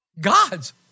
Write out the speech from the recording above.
God's